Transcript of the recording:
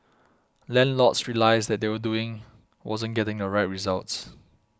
landlords realised that what they were doing wasn't getting the right results